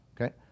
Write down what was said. okay